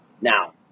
Now